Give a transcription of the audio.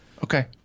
Okay